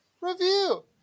review